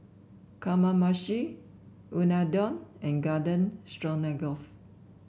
Kamameshi Unadon and Garden Stroganoff